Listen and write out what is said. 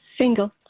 Single